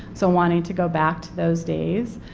so wanting to go back to those days,